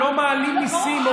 לא מעלים מיסים,